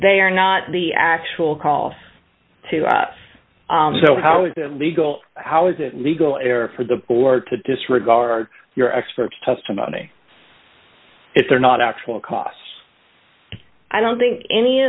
they are not the actual call to us so how is it legal how is it legal error for the board to disregard your expert testimony if they're not actually costs i don't think any